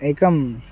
एकं